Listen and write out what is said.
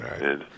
right